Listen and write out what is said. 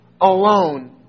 alone